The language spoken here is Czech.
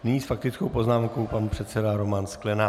Nyní s faktickou poznámkou pan předseda Roman Sklenák.